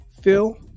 phil